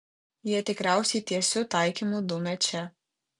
jie tikriausiai tiesiu taikymu dumia čia